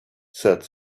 said